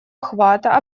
охвата